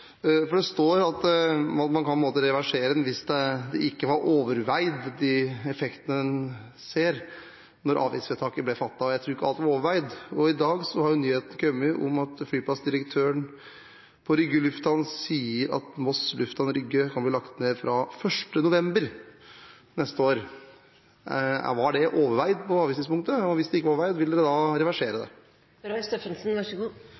for det står at man kan på en måte reversere dem hvis de ikke var «overveid», de effektene en ser når avgiftsvedtaket ble fattet, og jeg tror ikke at alt var overveid. I dag har jo nyheten kommet om at flyplassdirektøren ved Moss Lufthavn Rygge sier at flyplassen kan bli lagt ned fra 1. november neste år. Var det overveid på tidspunktet for avgiftsvedtaket, og hvis det ikke var overveid, vil dere da reversere det?